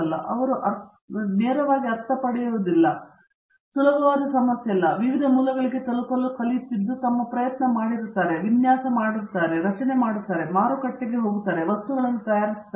ಮತ್ತು ಅವರು ಅರ್ಥವನ್ನು ನೇರವಾಗಿ ಪಡೆಯುವುದಿಲ್ಲ ಅದು ಸುಲಭವಾದ ಸಮಸ್ಯೆ ಅಲ್ಲ ಆದರೆ ಅವರು ವಿವಿಧ ಮೂಲಗಳಿಗೆ ತಲುಪಲು ಕಲಿತಿದ್ದು ತಮ್ಮ ಪ್ರಯತ್ನವನ್ನು ಮಾಡಿದರು ಅವರ ವಿನ್ಯಾಸವನ್ನು ಮಾಡಿದರು ಅವರ ರಚನೆ ಮಾಡಿದರು ಮಾರುಕಟ್ಟೆಗೆ ಹೋದರು ಮತ್ತು ವಸ್ತುಗಳನ್ನು ತಯಾರಿಸಿದರು